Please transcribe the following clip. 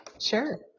Sure